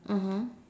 mmhmm